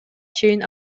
чейин